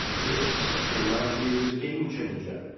this, in my view, is a game changer,